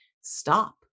stop